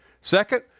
Second